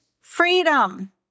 freedom